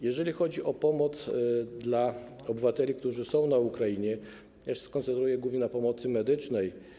Jeżeli chodzi o pomoc dla obywateli, którzy są na Ukrainie, ja się skoncentruję głównie na pomocy medycznej.